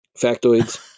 factoids